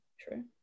true